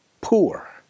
poor